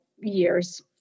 years